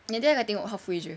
nanti I nak tengok halfway jer